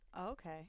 Okay